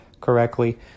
correctly